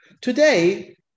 Today